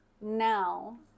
Now